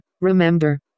remember